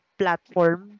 platform